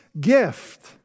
gift